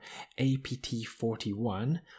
APT-41